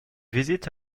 visite